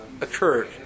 occurred